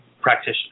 practitioner